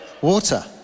water